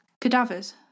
Cadavers